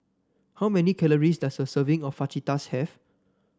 how many calories does a serving of Fajitas have